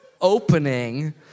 opening